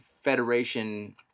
federation